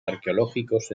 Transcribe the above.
arqueológicos